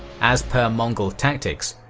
as per mongol tactics,